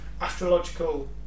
astrological